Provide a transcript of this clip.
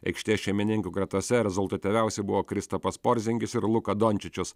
aikštės šeimininkų gretose rezultatyviausi buvo kristupas porzenkis ir luka dončičius